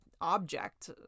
object